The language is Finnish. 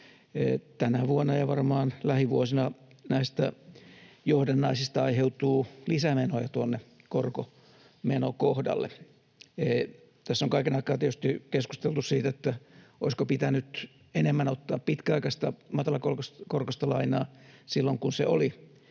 Tänä vuonna ja varmaan lähivuosina näistä johdannaisista aiheutuu lisämenoja tuonne korkomenokohdalle. Tässä on kaiken aikaa tietysti keskusteltu siitä, olisiko pitänyt enemmän ottaa pitkäaikaista matalakorkoista lainaa silloin kun se oli